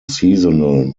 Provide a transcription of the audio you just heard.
seasonal